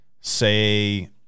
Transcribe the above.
say